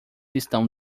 estão